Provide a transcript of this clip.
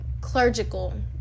clerical